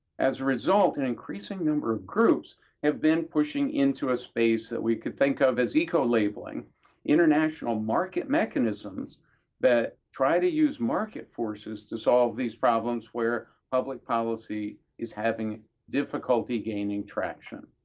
as a result, an increasing number of groups have been pushing into a space that we could think of as ecolabelling, international market mechanisms that try to use market forces to solve these problems where public policy is having difficulty gaining traction.